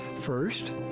First